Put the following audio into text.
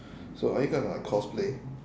so are you gonna like cosplay